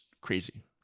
crazy